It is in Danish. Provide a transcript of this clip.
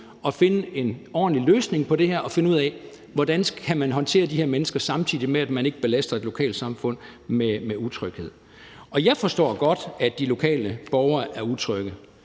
og finde en ordentlig løsning på det her og finde ud af, hvordan man kan håndtere de her mennesker, samtidig med at man ikke belaster et lokalsamfund med utryghed. Jeg forstår godt, at de lokale borgere er utrygge.